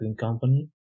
Company